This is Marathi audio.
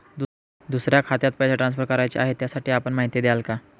दुसऱ्या खात्यात पैसे ट्रान्सफर करायचे आहेत, त्यासाठी आपण माहिती द्याल का?